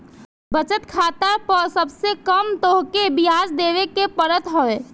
बचत खाता पअ सबसे कम तोहके बियाज देवे के पड़त हवे